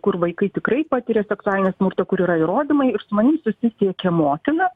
kur vaikai tikrai patiria seksualinį smurtą kur yra įrodymai ir su manim susisiekė motina